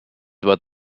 about